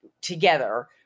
together